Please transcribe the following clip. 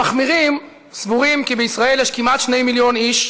המחמירים סבורים כי בישראל כמעט 2 מיליון איש,